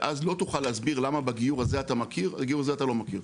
ואז לא תוכל להסביר למה בגיור הזה אתה מכיר ובגיור הזה אתה לא מכיר.